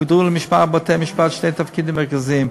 הוגדרו למשמר בתי-המשפט שני תפקידים מרכזיים: